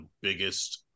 biggest